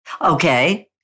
Okay